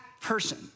person